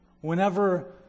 whenever